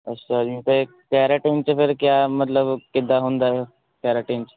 ਅੱਛਾ ਜੀ ਅਤੇ ਕੇਰਾਟਿਨ 'ਚ ਫਿਰ ਕਿਆ ਮਤਲਬ ਕਿੱਦਾਂ ਹੁੰਦਾ ਇਹ ਕੇਰਾਟਿਨ 'ਚ